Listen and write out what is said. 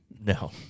No